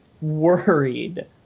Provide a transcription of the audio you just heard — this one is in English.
worried